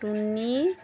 টুনি